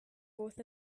both